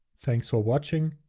thanks for watching,